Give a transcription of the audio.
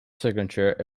signature